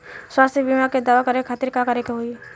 स्वास्थ्य बीमा के दावा करे के खातिर का करे के होई?